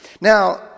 Now